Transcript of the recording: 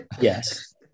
Yes